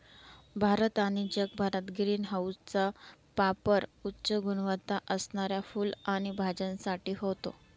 भारत आणि जगभरात ग्रीन हाऊसचा पापर उच्च गुणवत्ता असणाऱ्या फुलं आणि भाज्यांसाठी होतो